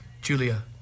Julia